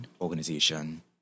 organization